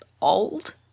old